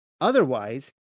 Otherwise